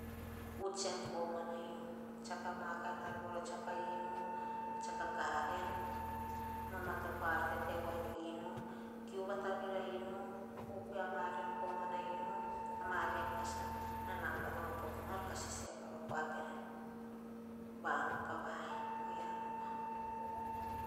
Huts en koma na inu tsiako amaa kain ar voro tsiako inu. Tsiako agaren vamatopo ah ma ar tete woa en inu. Kui vatavir a inu, pupui ma ar en komana inu. Am ar rekasa, namba opop nor kah sese nor kua peor pava en en vanu pa vaen. Oyia rova.